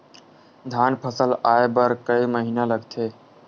धान फसल आय बर कय महिना लगथे?